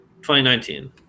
2019